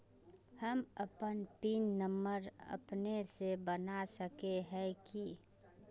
हम अपन PIN number अपने से बना सके है की?